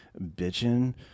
bitching